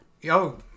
Yo